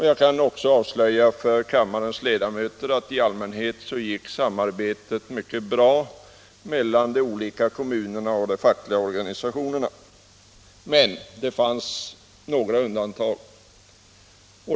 Jag kan också avslöja för kammarens ledamöter att samarbetet i allmänhet gick mycket bra mellan de olika kommunerna och de fackliga organisationerna. Men det fanns några undantag.